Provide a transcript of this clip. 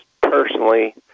personally